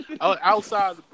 outside